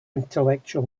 intellectual